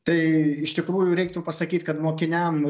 tai iš tikrųjų reiktų pasakyt kad mokiniam